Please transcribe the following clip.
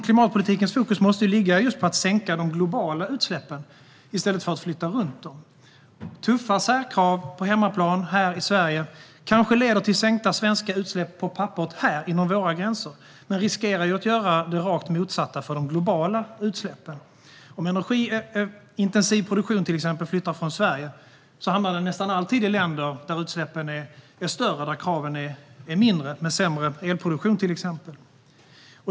Klimatpolitikens fokus måste ligga på att sänka de globala utsläppen i stället för att flytta runt dem. Tuffa särkrav på hemmaplan, här i Sverige, leder kanske till sänkta svenska utsläpp på papperet och inom våra gränser, men det riskerar att göra det rakt motsatta när det gäller de globala utsläppen. Om exempelvis energiintensiv produktion flyttar från Sverige hamnar den nästan alltid i länder där utsläppen är större och kraven mindre och där elproduktionen är sämre.